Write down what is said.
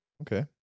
Okay